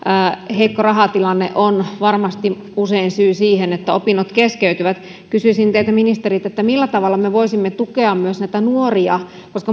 heikko rahatilanne on varmasti usein syy siihen että opinnot keskeytyvät kysyisin teiltä ministerit millä tavalla me voisimme tukea myös siinä näitä nuoria että